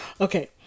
Okay